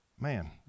Man